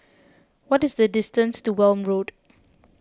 what is the distance to Welm Road